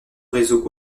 réseau